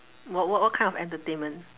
what what what kind of entertainment